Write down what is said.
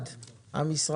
פה אחד.